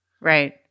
Right